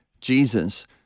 Jesus